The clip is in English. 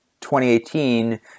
2018